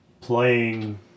playing